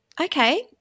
okay